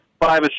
five